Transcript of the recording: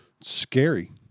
scary